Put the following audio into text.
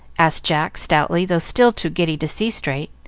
asked jack, stoutly, though still too giddy to see straight.